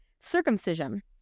circumcision